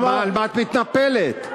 על מה את מתנפלת?